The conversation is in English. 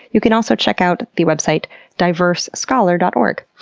you can also check out the website diversescholar dot org.